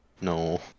No